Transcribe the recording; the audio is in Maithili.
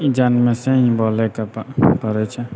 ई जन्महिसँ बोलैके पड़ै छै